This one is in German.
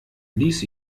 ließ